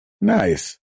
Nice